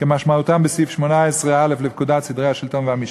כמשמעותם בסעיף 18א לפקודת סדרי השלטון והמשפט.